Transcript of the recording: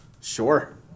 Sure